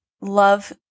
love